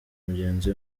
mugenzi